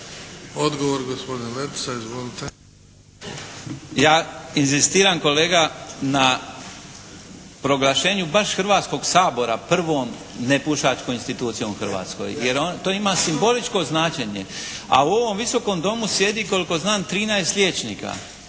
**Letica, Slaven (Nezavisni)** Ja inzistiram kolega na proglašenju baš Hrvatskog sabora prvom nepušačkom institucijom u Hrvatskoj, jer to ima simboličko značenje, a u ovom Visokom domu sjedi koliko znam 13 liječnika.